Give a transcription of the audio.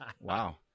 Wow